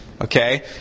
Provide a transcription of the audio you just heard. Okay